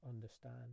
understand